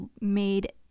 made